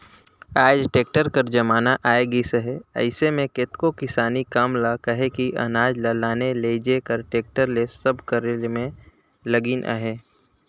आएज टेक्टर कर जमाना आए गइस अहे अइसे में केतनो किसानी काम ल कहे कि अनाज ल लाने लेइजे कर टेक्टर ले सब करे में लगिन अहें